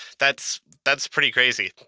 that's that's pretty crazy.